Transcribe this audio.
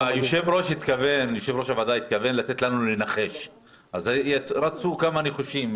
יושב-ראש הוועדה התכוון לתת לנו לנחש ורצו כמה ניחושים.